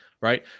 right